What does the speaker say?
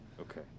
okay